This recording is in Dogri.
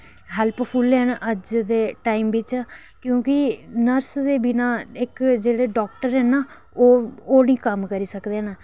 हैल्पफुल न अज्ज दे टाईम बिच क्योंकि नर्स दे बिना इक जेह्ड़े डॉक्टर ऐ ना ओह् निं कम्म करी सकदे न